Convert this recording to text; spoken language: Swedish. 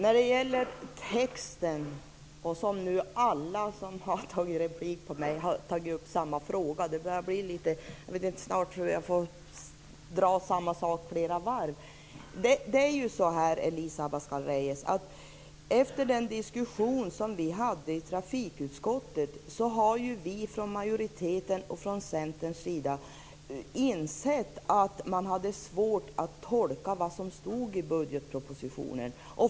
Fru talman! Alla som har begärt replik på mitt anförande har tagit upp samma fråga. Snart får jag dra samma sak flera varv. Det är så här Elisa Abascal Reyes, att efter den diskussion som vi hade i trafikutskottet har vi från majoritetens och Centerns sida insett att man hade svårt att tolka den text som stod i budgetpropositionen.